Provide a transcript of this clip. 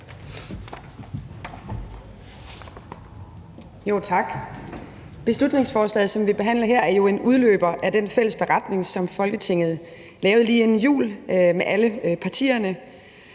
Tak. Beslutningsforslaget, som vi behandler her, er jo en udløber af den fælles beretning, som Folketinget lavede lige inden jul med alle partierne.